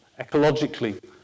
ecologically